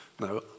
no